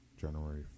January